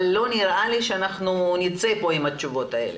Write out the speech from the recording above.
אבל לא נראה לי שנצא מפה עם התשובות האלה.